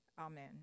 Amen